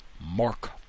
Mark